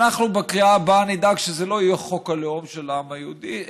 אנחנו בקריאה הבאה נדאג שזה לא יהיה חוק הלאום של העם היהודי.